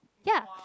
ya